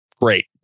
great